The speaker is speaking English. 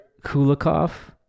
Kulikov